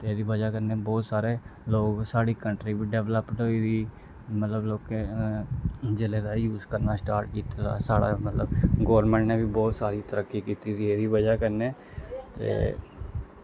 ते एह्दी बजह् कन्नै बौह्त सारे लोक साढ़ी कन्ट्री बी डैबलपड होई गेदी मतलब लोकें जिसले दा एह् यूस करना स्टार्ट कीते दा साढ़ा मतलब गौरमैंट ने बी बौह्त सारी तरक्की कीती दी एह्दी बजह् कन्नै ते